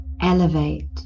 elevate